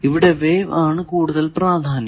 ഇവിടെ വേവ് ആണ് കൂടുതൽ പ്രധാനം